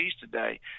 today